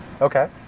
Okay